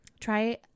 Try